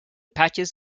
patches